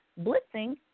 blitzing